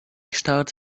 kształt